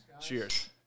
Cheers